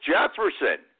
Jefferson